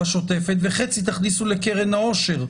השוטפת וחצי תכניסו "לקרן האושר",